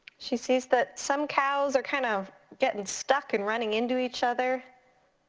she sees that some cows are kind of getting stuck and running into each other.